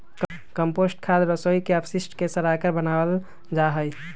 compost खाद रसोई के अपशिष्ट के सड़ाकर बनावल जा हई